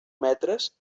metres